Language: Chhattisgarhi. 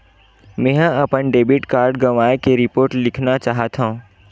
मेंहा अपन डेबिट कार्ड गवाए के रिपोर्ट लिखना चाहत हव